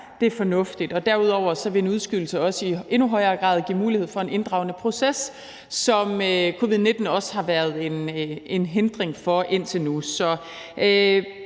er fornuftigt. Derudover vil en udskydelse også i endnu højere grad give mulighed for en inddragende proces, som covid-19 også har været en hindring for indtil nu.